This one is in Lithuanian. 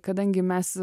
kadangi mes